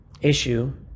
issue